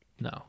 No